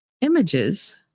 images